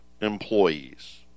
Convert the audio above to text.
employees